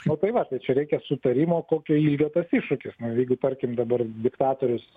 nu tai va tai čia reikia sutarimo kokio lygio tas iššūkis nu jeigu tarkim dabar diktatorius